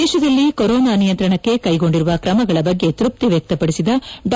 ದೇಶದಲ್ಲಿ ಕೊರೊನಾ ನಿಯಂತ್ರಣಕ್ಕೆ ಕೈಗೊಂಡಿರುವ ಕ್ರಮಗಳ ಬಗ್ಗೆ ತೃಪ್ತಿ ವ್ಯಕ್ತಪದಿಸಿದ ಡಾ